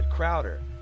Crowder